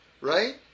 Right